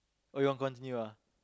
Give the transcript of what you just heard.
oh you want continue ah